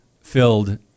filled